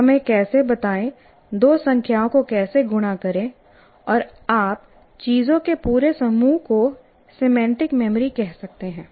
समय कैसे बताएं दो संख्याओं को कैसे गुणा करें और आप चीजों के पूरे समूह को सिमेंटिक मेमोरी कह सकते हैं